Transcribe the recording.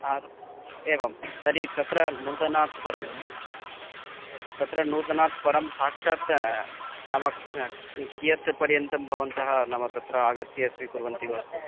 हा एवं तर्हि तत्र नोदनात् परं तत्र नोदनात् परं साक्षात् नाम कियत् पर्यन्तं भवन्तः नाम तत्र आगत्य स्वीकुर्वन्ति वस्तु